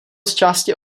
zčásti